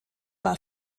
war